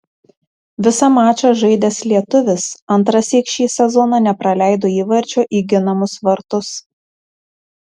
visą mačą žaidęs lietuvis antrąsyk šį sezoną nepraleido įvarčio į ginamus vartus